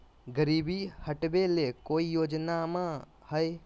गरीबी हटबे ले कोई योजनामा हय?